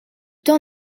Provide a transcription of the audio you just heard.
temps